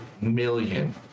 million